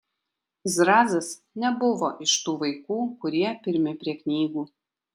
zrazas nebuvo iš tų vaikų kurie pirmi prie knygų